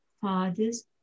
fathers